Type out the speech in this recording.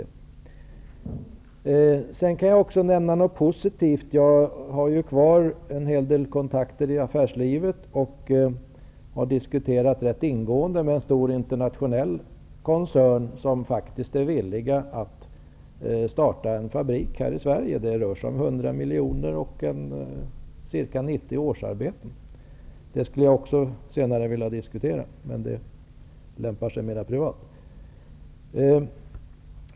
Eftersom jag har en hel del kontakter kvar i näringslivet och för att nämna något positivt kan jag tala om att jag rätt ingående har diskuterat med en stor internationell koncern om att starta en fabrik här i Sverige. Man säger sig vara intresserad, och det rör sig om ca 100 miljoner kronor och ca 90 årsarbeten. Det skulle jag också vilja diskutera senare, men det lämpar sig mera för privata samtal.